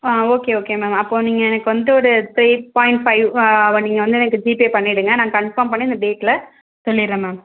okay okay ma'am அப்போது எனக்கு நீங்கள் வந்துட்டு ஒரு த்ரீ பாயிண்ட் பைவ் நீங்கள் வந்து எனக்கு ஜிபே பண்ணிவிடுங்க நாங்கள் கன்ஃபார்ம் பண்ணி அந்த டேட்டில் சொல்லிடுறேன் மேம்